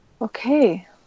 okay